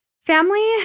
Family